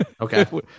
Okay